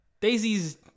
Daisy's